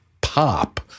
pop